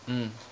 mm